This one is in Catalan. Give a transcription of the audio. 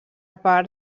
part